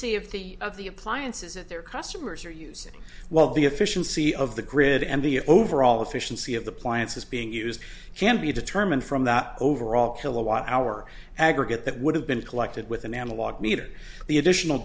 see if the of the appliances that their customers are using while the efficiency of the grid and the overall efficiency of the plants is being used can be determined from that overall kilowatt hour aggregate that would have been collected with an analog meter the additional